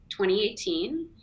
2018